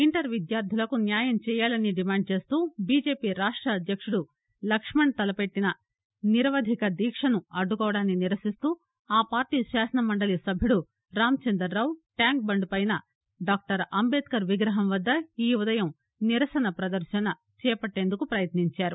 inter విద్యార్థులకు న్యాయం చేయాలని డిమాండ్ చేస్తూ బీజేపీ రాష్ట అధ్యక్షుడు లక్ష్మణ్ తలపెట్టిన నిరవధిక దీక్షను అడ్డుకోవటాన్ని నిరసిస్తూ ఆ పార్టీ శాసనమండలి సభ్యుడు రాంచందర్రావు ట్యాంక్బండ్పైన డాక్టర్ అంబేద్కర్ విగ్రహం వద్ద ఈ ఉదయం నిరసన ప్రదర్శనను చేపట్టేందుకు పయత్నించారు